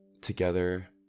together